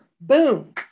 boom